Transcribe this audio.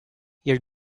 your